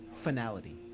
finality